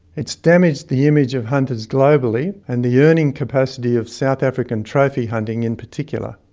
it's damaged the image of hunters globally and the earning capacity of south african trophy hunting in particular.